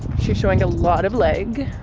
she's showing a lot of leg.